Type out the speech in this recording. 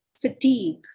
fatigue